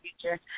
future